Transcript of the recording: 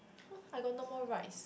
so I got no more rice